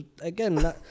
again